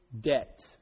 debt